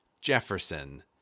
Jefferson